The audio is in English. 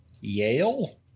Yale